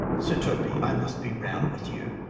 sir toby, i must be round with you.